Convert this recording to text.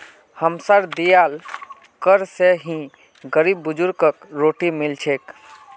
हमसार दियाल कर स ही गरीब बुजुर्गक रोटी मिल छेक